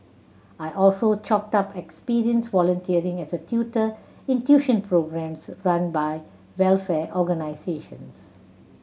I also chalked up experience volunteering as a tutor in tuition programmes run by welfare organisations